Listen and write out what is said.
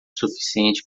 suficiente